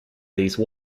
these